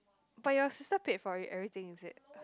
but your sister paid for it everything is it